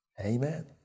Amen